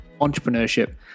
entrepreneurship